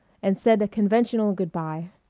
and said a conventional good-by.